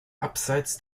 abseits